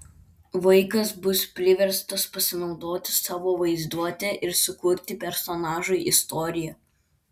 vaikas bus priverstas pasinaudoti savo vaizduote ir sukurti personažui istoriją